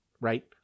Right